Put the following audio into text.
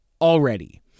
already